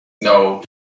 No